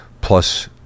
Plus